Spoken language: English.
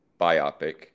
biopic